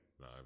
No